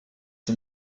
die